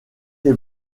les